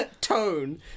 Tone